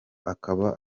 akaba